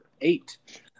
eight